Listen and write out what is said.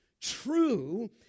true